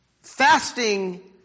Fasting